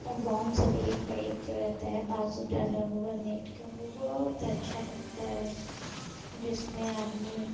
gown सब एक पर एक जो रहता है बाज़ू डाला हुआ नेट के वे बहुत अच्छे लगते हैं जिसमें आदमी